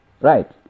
Right